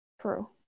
True